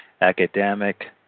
Academic